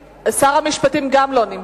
שר המשפטים גם כן לא נמצא.